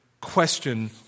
question